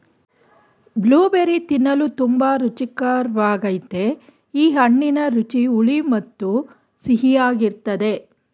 blueberry ತಿನ್ನಲು ತುಂಬಾ ರುಚಿಕರ್ವಾಗಯ್ತೆ ಈ ಹಣ್ಣಿನ ರುಚಿ ಹುಳಿ ಮತ್ತು ಸಿಹಿಯಾಗಿರ್ತದೆ